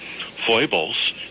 foibles